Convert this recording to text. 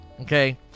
Okay